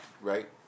right